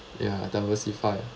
ya diversify ah